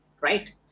right